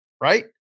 right